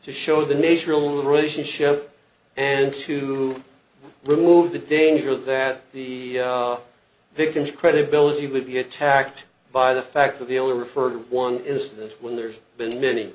of the relationship and to remove the danger that the victims credibility would be attacked by the fact that the only referred to one instance when there's been many